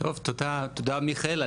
תודה מיכאל.